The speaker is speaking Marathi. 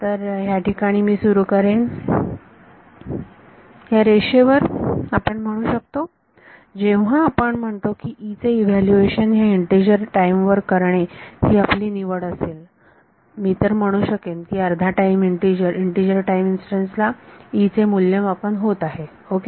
तर ह्या ठिकाणी मी सुरू करेन ह्या रेषेवर आपण म्हणू शकतो जेव्हा आपण म्हणतो की E चे इव्हॅल्युएशन ह्या इन्टिजर टाईम वर करणे ही आपली निवड असेल मी तर म्हणू शकेन की अर्धा इन्टिजर टाईम इन्स्टंटसला E चे मूल्यमापन होत आहे ओके